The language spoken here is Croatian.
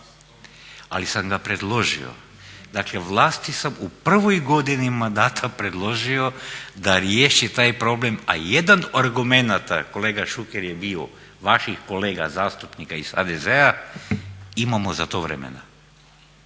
Ali sam ga predložio. Dakle, vlasti sam u prvoj godini mandata predložio da riješi taj problem, a jedan od argumenata kolega Šuker je bio vaših kolega zastupnika iz HDZ-a imamo za to vremena